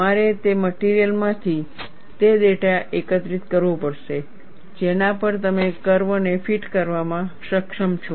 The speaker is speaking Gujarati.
તમારે તે મટિરિયલ માંથી તે ડેટા એકત્રિત કરવો પડશે જેના પર તમે કર્વ ને ફિટ કરવામાં સક્ષમ છો